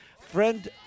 friend